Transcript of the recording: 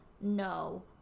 no